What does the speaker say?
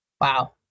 Wow